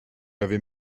l’avez